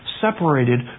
separated